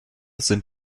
sind